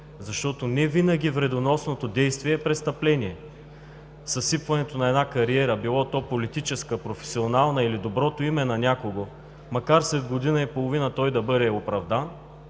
защото не винаги вредоносното действие е престъпление. Съсипването на една кариера – било то политическа, професионална или доброто име на някого, макар след година и половина, той да бъде оправдан,